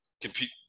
compete